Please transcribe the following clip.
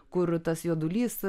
kur tas juodulys